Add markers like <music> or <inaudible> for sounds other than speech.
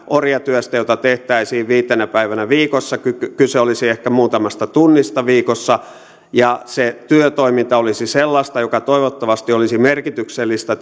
orjatyöstä jota tehtäisiin viitenä päivänä viikossa kyse kyse olisi ehkä muutamasta tunnista viikossa ja se työtoiminta olisi sellaista joka toivottavasti olisi merkityksellistä <unintelligible>